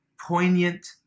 poignant